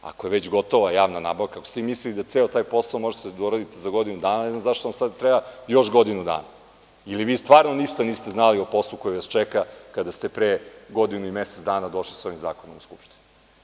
Ako je već gotova javna nabavka, ako ste mislili da ceo taj posao možete da uradite za godinu dana, ne znam zašto vam sada treba još godinu dana ili vi stvarno ništa niste znali o poslu koji vas čeka, kada ste pre godinu i mesec dana došli sa ovim zakonom u Skupštinu.